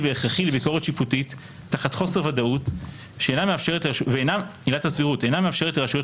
והכרחי לביקורת שיפוטית תחת חוסר ודאות ואינה מאפשרת לרשויות